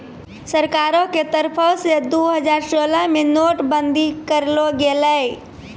सरकारो के तरफो से दु हजार सोलह मे नोट बंदी करलो गेलै